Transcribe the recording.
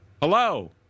Hello